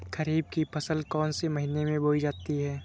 खरीफ की फसल कौन से महीने में बोई जाती है?